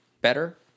better